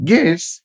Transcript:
Yes